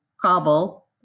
cobble